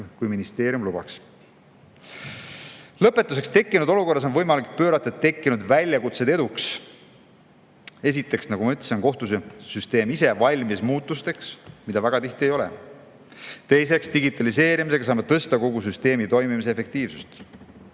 kui ministeerium lubaks. Lõpetuseks. Praeguses olukorras on võimalik pöörata tekkinud väljakutsed eduks. Esiteks, nagu ma ütlesin, on kohtusüsteem ise valmis muutusteks. Seda väga tihti ei ole. Teiseks, digitaliseerimisega saame tõsta kogu süsteemi toimimise efektiivsust.